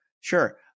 sure